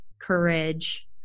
courage